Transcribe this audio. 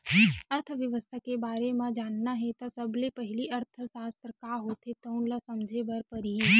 अर्थबेवस्था के बारे म जानना हे त सबले पहिली अर्थसास्त्र का होथे तउन ल समझे बर परही